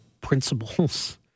principles